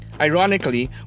Ironically